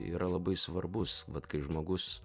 yra labai svarbus vat kai žmogus